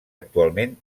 actualment